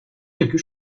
quelque